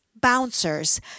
bouncers